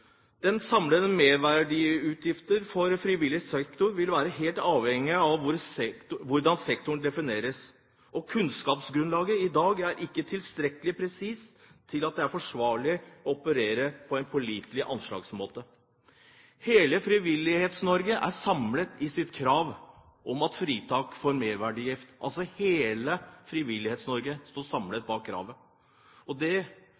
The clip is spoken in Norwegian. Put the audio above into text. for frivillig sektor vil være helt avhengige av hvordan sektoren defineres. Kunnskapsgrunnlaget i dag er ikke tilstrekkelig presist til at det er forsvarlig å operere på en pålitelig anslagsmåte. Hele Frivillighets-Norge er samlet i sitt krav om et fritak for